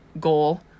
goal